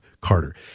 Carter